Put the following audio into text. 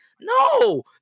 no